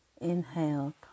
inhale